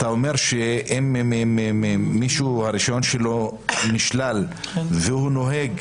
אתה אומר שאם רישיון של מישהו נשלל והוא נוהג,